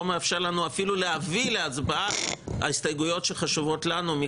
מאפשר לנו אפילו להביא להצבעה הסתייגויות שחשובות לנו.